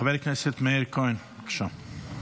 חבר הכנסת מאיר כהן, בבקשה.